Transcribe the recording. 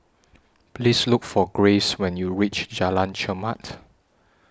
Please Look For Graves when YOU REACH Jalan Chermat